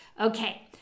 Okay